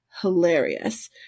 hilarious